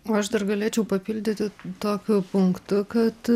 o aš dar galėčiau papildyti tokiu punktu kad